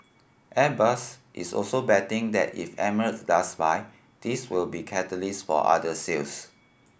airbus is also betting that if Emirates does buy this will be catalyst for other sales